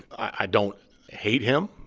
i don't hate him.